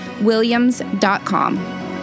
williams.com